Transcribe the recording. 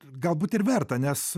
galbūt ir verta nes